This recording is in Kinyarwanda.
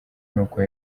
n’uko